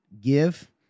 give